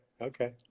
Okay